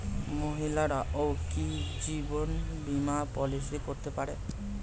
মহিলারাও কি জীবন বীমা পলিসি করতে পারে?